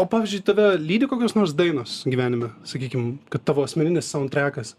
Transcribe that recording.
o pavyzdžiui tave lydi kokios nors dainos gyvenime sakykim kad tavo asmeninis sauntrekas